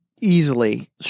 easily